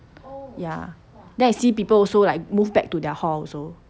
ya then I see people also like move back to their hall also